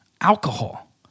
alcohol